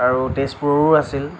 আৰু তেজপুৰৰো আছিল